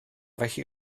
felly